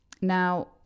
Now